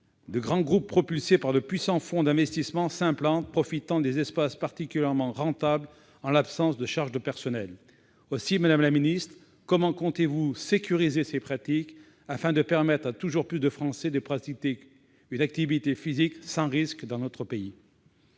de grands groupes propulsés par de puissants fonds d'investissement s'implantent, profitant des espaces particulièrement rentables en l'absence de charges de personnel. Aussi, madame la ministre, comment comptez-vous sécuriser ces pratiques afin de permettre à toujours plus de Français d'exercer une activité physique sans risque ? La parole